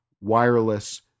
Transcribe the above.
wireless